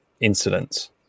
incidents